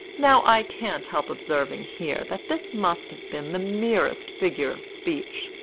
now i can't help observing here that this must have been the merest figure of speech,